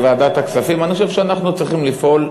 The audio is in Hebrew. שאני חושב שבוועדת הכספים אנחנו צריכים לפעול,